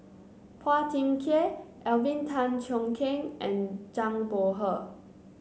Phua Thin Kiay Alvin Tan Cheong Kheng and Zhang Bohe